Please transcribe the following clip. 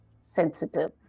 sensitive